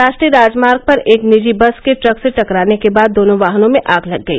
राष्ट्रीय राजमार्ग पर एक निजी बस के ट्रक से टकराने के बाद दोनों वाहनों में आग लग गई